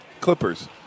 Clippers